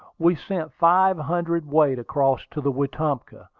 we sent five hundred weight across to the wetumpka,